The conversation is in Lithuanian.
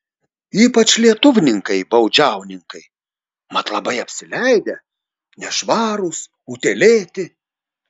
ypač lietuvninkai baudžiauninkai mat labai apsileidę nešvarūs utėlėti